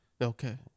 Okay